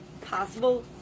possible